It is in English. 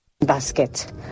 basket